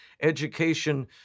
education